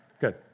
good